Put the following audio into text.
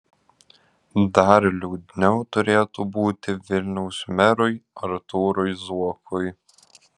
dar liūdniau turėtų būti vilniaus merui artūrui zuokui